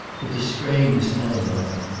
but the strain was telling on him,